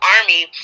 Army